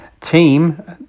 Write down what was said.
team